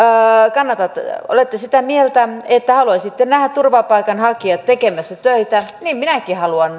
olette sitä mieltä että haluaisitte nähdä turvapaikanhakijat tekemässä töitä ja niin minäkin haluan